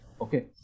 Okay